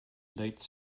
late